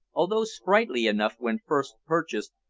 although sprightly enough when first purchased,